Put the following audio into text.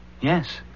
Yes